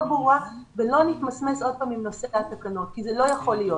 ברורה ולא נתמסמס עוד פעם עם נושא התקנות כי זה לא יכול להיות.